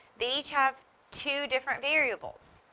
that each have two different variables?